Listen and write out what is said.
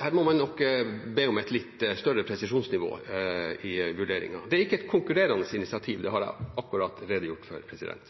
Her må man nok be om et litt større presisjonsnivå i vurderingen. Dette er ikke et konkurrerende initiativ, det har jeg akkurat redegjort for.